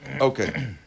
Okay